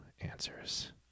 answers